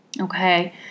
Okay